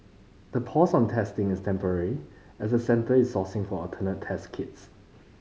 the pause on testing is temporary as centre is sourcing for alternative test kits